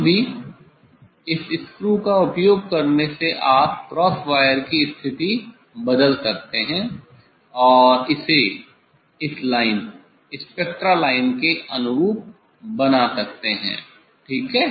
फिर भी इस स्क्रू का उपयोग करने से आप क्रॉस वायर की स्थिति बदल सकते है और इसे इस लाइन स्पेक्ट्रा लाइन के अनुरूप बना सकते हैं ठीक है